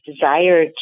desire